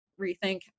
rethink